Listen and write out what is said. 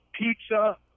pizza